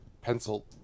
pencil